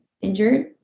injured